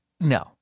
no